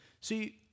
See